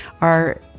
Are